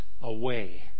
away